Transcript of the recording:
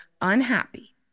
unhappy